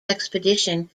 expedition